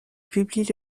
publie